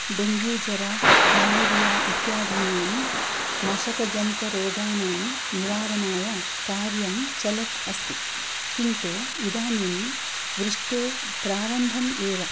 dengue ज्वरः malaria इत्यादीनां मशकजन्तरोगाणां निवारणाय कार्यं चलत् अस्ति किन्तु इदानीं वृष्टेः प्रारम्भम् एव